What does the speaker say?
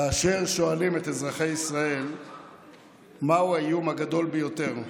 כאשר שואלים את אזרחי ישראל מהו האיום הגדול ביותר,